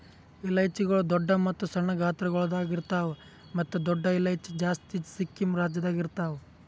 ಇಲೈಚಿಗೊಳ್ ದೊಡ್ಡ ಮತ್ತ ಸಣ್ಣ ಗಾತ್ರಗೊಳ್ದಾಗ್ ಇರ್ತಾವ್ ಮತ್ತ ದೊಡ್ಡ ಇಲೈಚಿ ಜಾಸ್ತಿ ಸಿಕ್ಕಿಂ ರಾಜ್ಯದಾಗ್ ಇರ್ತಾವ್